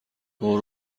اوه